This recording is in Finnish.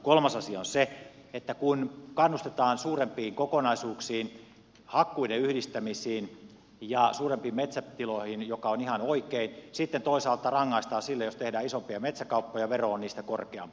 kolmas asia on se että kannustetaan suurempiin kokonaisuuksiin hakkuiden yhdistämisiin ja suurempiin metsätiloihin mikä on ihan oikein sitten toisaalta rangaistaan siitä jos tehdään isompia metsäkauppoja vero on niistä korkeampi